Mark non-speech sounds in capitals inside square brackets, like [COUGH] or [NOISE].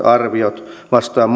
[UNINTELLIGIBLE] arvioita vastaan [UNINTELLIGIBLE]